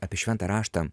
apie šventą raštą